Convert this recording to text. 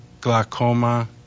glaucoma